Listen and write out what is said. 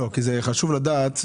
חשוב לדעת,